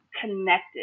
connected